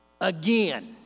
again